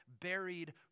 buried